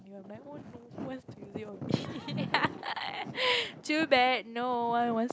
my own no one wants to use it on me too bad no one was